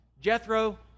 Jethro